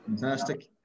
Fantastic